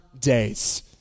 days